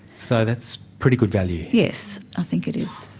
so that's pretty good value. yes, i think it is.